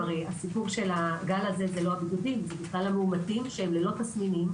הסיפור של הגל הזה הוא לא הבידודים אלא זה בכלל המאומתים ללא תסמינים.